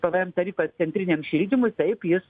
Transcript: pvm tarifas centriniam šildymui taip jis